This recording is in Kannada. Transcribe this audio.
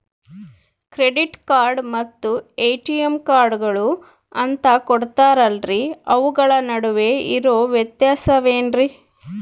ಕ್ರೆಡಿಟ್ ಕಾರ್ಡ್ ಮತ್ತ ಎ.ಟಿ.ಎಂ ಕಾರ್ಡುಗಳು ಅಂತಾ ಕೊಡುತ್ತಾರಲ್ರಿ ಅವುಗಳ ನಡುವೆ ಇರೋ ವ್ಯತ್ಯಾಸ ಏನ್ರಿ?